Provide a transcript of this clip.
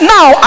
Now